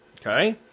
Okay